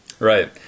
Right